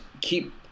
keep